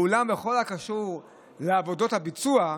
בכל הקשור לעבודות הביצוע,